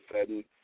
sudden